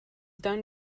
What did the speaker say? done